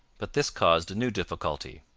but this caused new difficulty.